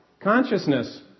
Consciousness